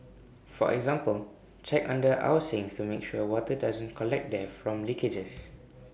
for example check under our sinks to make sure water doesn't collect there from leakages